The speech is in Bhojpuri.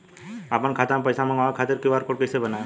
आपन खाता मे पईसा मँगवावे खातिर क्यू.आर कोड कईसे बनाएम?